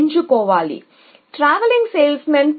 ఆ టూర్ కోసం